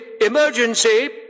emergency